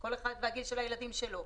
כל אחד והגיל של הילדים שלו,